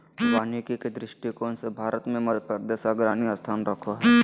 वानिकी के दृष्टिकोण से भारत मे मध्यप्रदेश अग्रणी स्थान रखो हय